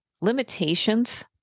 limitations